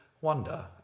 wonder